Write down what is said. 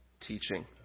teaching